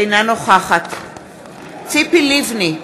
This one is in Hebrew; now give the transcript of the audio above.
אינה נוכחת ציפי לבני,